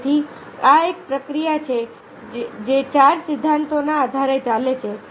તેથી આ એક પ્રક્રિયા છે જે ચાર સિદ્ધાંતોના આધારે ચાલે છે